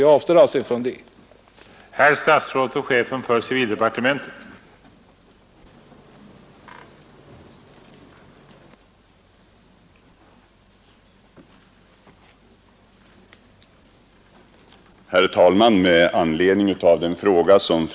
Jag avstår alltså från en sådan redovisning.